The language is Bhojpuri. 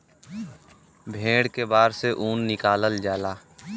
भेड़ के बार से ऊन निकालल जाला